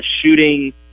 shooting